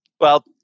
Well-